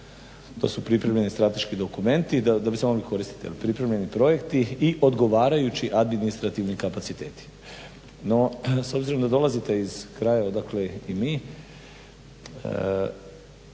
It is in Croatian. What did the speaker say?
to su pripremljeni strateški dokumenti da bi se mogli koristiti, pripremljeni projekti i odgovarajući administrativni kapaciteti. No s obzirom da dolazite iz kraja odakle i mi